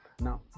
Now